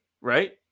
right